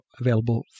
available